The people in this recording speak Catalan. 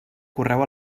correu